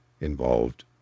involved